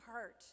hurt